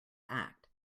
act